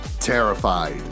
terrified